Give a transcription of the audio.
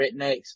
rednecks